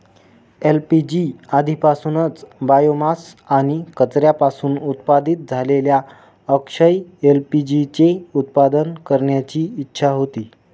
LPG आधीपासूनच biomass आणि कचऱ्यापासून उत्पादित झालेल्या अक्षय एल.पी.जी चे उत्पादन करण्याची इच्छा होती